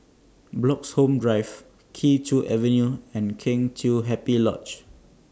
Bloxhome Drive Kee Choe Avenue and Kheng Chiu Happy Lodge